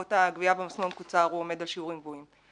בעקבות הגבייה במסלול המקוצר הוא עומד על שיעורים גבוהים.